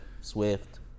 Swift